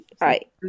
right